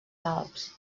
alps